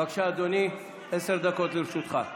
בבקשה, אדוני, עשר דקות לרשותך.